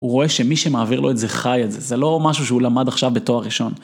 הוא רואה שמי שמעביר לו את זה חי את זה, זה לא משהו שהוא למד עכשיו בתואר ראשון.